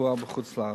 ברפואה בחוץ-לארץ.